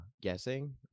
guessing